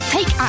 Take